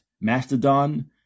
Mastodon